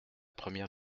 première